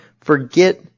forget